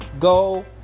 go